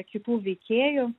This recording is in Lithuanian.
kitų veikėjų